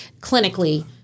clinically